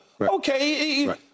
okay